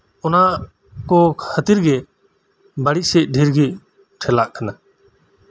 ᱚᱱᱟ ᱠᱚ ᱠᱷᱟᱹᱛᱤᱨ ᱜᱮ ᱵᱟᱹᱲᱤᱡ ᱥᱮᱫ ᱫᱷᱮᱨ ᱜᱮ ᱴᱷᱮᱞᱟᱜ ᱠᱟᱱᱟ